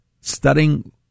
Studying